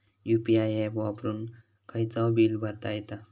UPI app वापरून खायचाव bill भरता येता